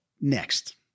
Next